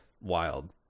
Wild